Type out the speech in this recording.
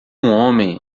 homem